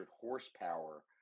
horsepower